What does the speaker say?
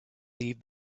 leave